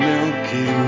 Milky